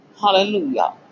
Hallelujah